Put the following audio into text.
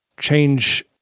change